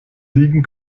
liegen